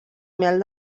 mel